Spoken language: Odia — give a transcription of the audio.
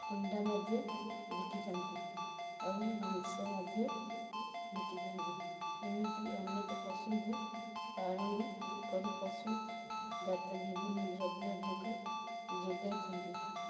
ଅଣ୍ଡା ମଧ୍ୟ ବିକିଥାନ୍ତି ଆଉ ମାଂସ ମଧ୍ୟ ବିକିଥାନ୍ତି ଏମିତି ଅନେକ ପଶୁଙ୍କୁ ପାଳନ କରି ପଶୁ ଜାତ ବିଭିନ୍ନ ଦ୍ରବ୍ୟ ଯୋଗା ଯୋଗାଇଥାନ୍ତି